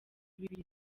biri